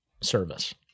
service